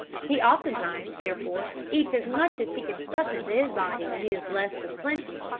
he oftentimes, therefore, eats as much as he can stuff into his body when he is blessed with plenty,